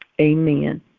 amen